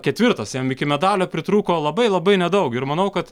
ketvirtas jam iki medalio pritrūko labai labai nedaug ir manau kad